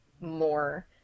more